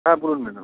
হ্যাঁ বলুন ম্যাডাম